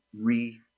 re-